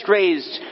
raised